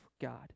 god